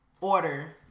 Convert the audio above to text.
order